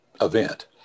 event